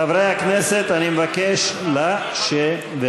חברי הכנסת, אני מבקש לשבת.